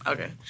Okay